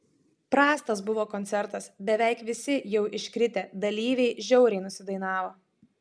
prastas buvo koncertas beveik visi jau iškritę dalyviai žiauriai nusidainavo